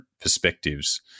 perspectives